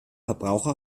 verbraucher